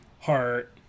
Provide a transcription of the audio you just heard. heart